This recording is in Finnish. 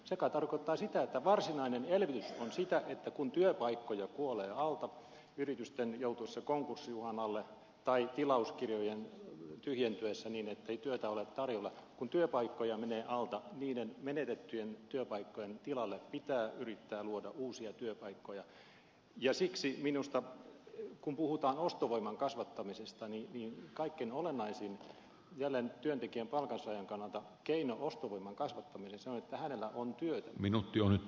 se kai tarkoittaa sitä että varsinainen elvytys on sitä että kun työpaikkoja kuolee alta yritysten joutuessa konkurssiuhan alle tai tilauskirjojen tyhjentyessä niin ettei työtä ole tarjolla kun työpaikkoja menee alta niiden menetettyjen työpaikkojen tilalle pitää yrittää luoda uusia työpaikkoja ja siksi minusta kun puhutaan ostovoiman kasvattamisesta kaikkein olennaisin keino jälleen työntekijän palkansaajan kannalta ostovoiman kasvattamiseen on että hänellä on työtä